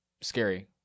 scary